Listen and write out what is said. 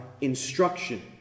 instruction